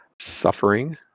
suffering